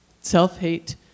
self-hate